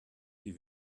die